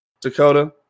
Dakota